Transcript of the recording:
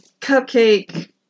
Cupcake